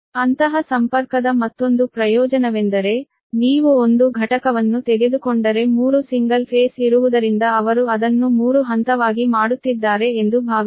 ಅಂತಹ ಸಂಪರ್ಕದ ಮತ್ತೊಂದು ಪ್ರಯೋಜನವೆಂದರೆ ನೀವು ಒಂದು ಘಟಕವನ್ನು ತೆಗೆದುಕೊಂಡರೆ 3 ಸಿಂಗಲ್ ಫೇಸ್ ಇರುವುದರಿಂದ ಅವರು ಅದನ್ನು 3 ಹಂತವಾಗಿ ಮಾಡುತ್ತಿದ್ದಾರೆ ಎಂದು ಭಾವಿಸೋಣ